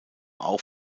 auch